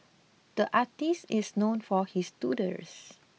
the artist is known for his doodles